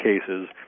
cases